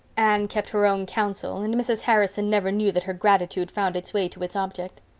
anne kept her own counsel and mrs. harrison never knew that her gratitude found its way to its object.